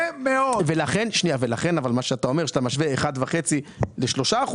כשאתה משווה 1.5% ל-3%,